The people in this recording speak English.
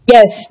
Yes